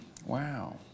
Wow